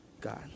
God